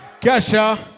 Kesha